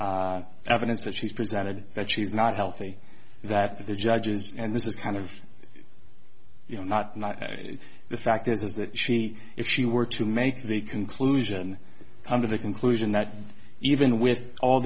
evidence that she's presented that she's not healthy that they're judges and this is kind of you know not not the fact is that she if she were to make the conclusion come to the conclusion that even with all